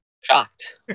shocked